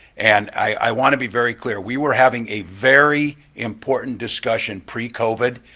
and i want to be very clear, we were having a very important discussion pre-covid